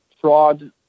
fraud